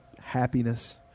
happiness